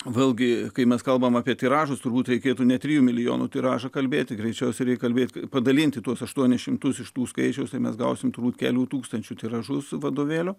vėlgi kai mes kalbame apie tiražas turbūt reikėtų net trijų milijonų tiražą kalbėti greičiausiai kalbėti padalinti tuos aštuonis šimtus iš tų skaičiaus mes gausime turbūt kelių tūkstančių tiražus vadovėlio